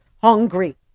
hungry